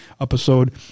episode